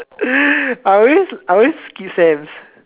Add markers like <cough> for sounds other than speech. <breath> I always I always skip sense